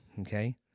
Okay